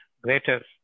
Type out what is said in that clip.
greater